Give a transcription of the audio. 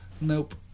Nope